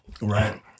Right